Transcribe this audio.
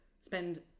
spend